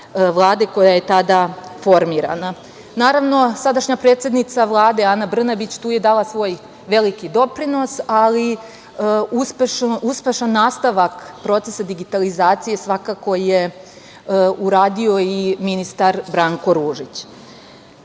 koja je tada formirana. Sadašnja predsednica Vlade, Ana Brnabić, tu je dala svoj veliki doprinos, ali uspešan nastavak procesa digitalizacije svakako je uradio i ministar Branko